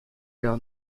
leurs